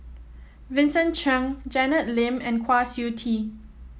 Vincent Cheng Janet Lim and Kwa Siew Tee